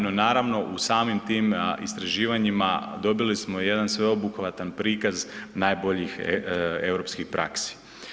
No naravno u samim tim istraživanjima dobili smo jedan sveobuhvatan prikaz najboljih europskih praksi.